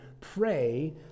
pray